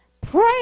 Pray